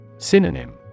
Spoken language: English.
Synonym